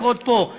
לקרות פה.